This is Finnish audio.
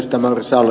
mauri salo